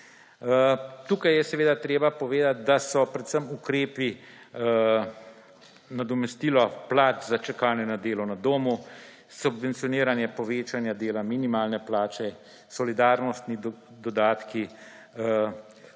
Tukaj je seveda treba povedati, da so predvsem ukrepi – nadomestilo plač za čakanje na delo na domu, subvencioniranje povečanja dela minimalne plače, solidarnostni dodatki